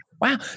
Wow